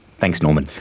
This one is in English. thanks norman.